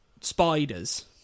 Spiders